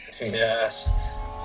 Yes